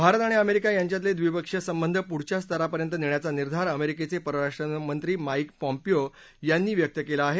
भारत आणि अमेरिका यांच्यातले द्विपक्षीय संबध पुढच्या स्तरापर्यंत नेण्याचा निर्धार अमेरिकेचे परराष्ट्रमंत्री माईक पॉम्पिओ यांनी व्यक्त केला आहे